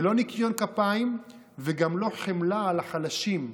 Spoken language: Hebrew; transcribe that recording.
ולא ניקיון כפיים וגם לא חמלה לחלשים,